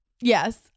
Yes